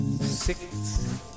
six